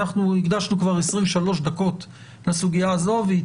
הקדשנו כבר 23 דקות לסוגיה הזאת והיא